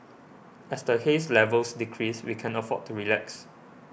as the haze levels decrease we can afford to relax